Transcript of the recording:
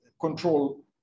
control